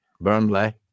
Burnley